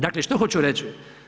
Dakle, što hoću reći?